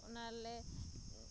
ᱚᱱᱟᱞᱮ